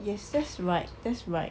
yes that's right that's right